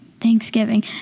thanksgiving